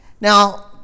Now